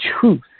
truth